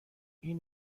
این